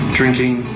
drinking